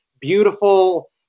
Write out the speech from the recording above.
beautiful